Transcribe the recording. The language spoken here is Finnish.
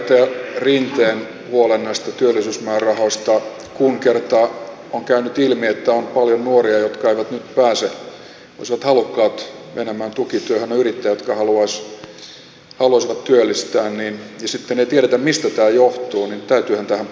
jaan tämän puheenjohtaja rinteen huolen näistä työllisyysmäärärahoista kun kerta on käynyt ilmi että on paljon nuoria jotka olisivat halukkaita menemään tukityöhön mutta jotka eivät nyt pääse ja on yrittäjiä jotka haluaisivat työllistää ja kun sitten ei tiedetä mistä tämä johtuu niin täytyyhän tähän puuttua